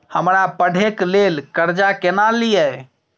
हमरा पढ़े के लेल कर्जा केना लिए?